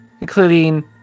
including